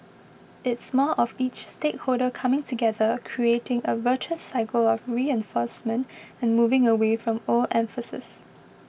it's more of each stakeholder coming together creating a virtuous cycle of reinforcement and moving away from old emphases